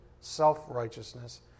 self-righteousness